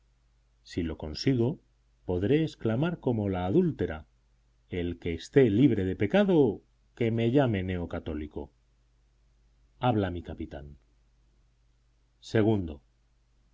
si lo consigo podré exclamar como la adúltera el que esté libre de pecado que me llame neocatólico habla mi capitán